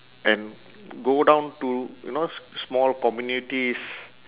and go down to you know s~ small communities